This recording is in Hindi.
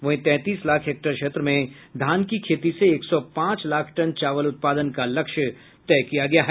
वहीं तैंतीस लाख हेक्टेयर क्षेत्र में धान की खेती से एक सौ पांच लाख टन चावल उत्पादन का लक्ष्य तय किया गया है